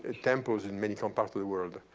ah temples in many um parts of the world.